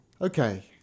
Okay